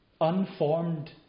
unformed